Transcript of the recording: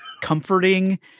comforting